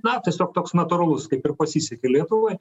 na tiesiog toks natūralus kaip ir pasisekė lietuvai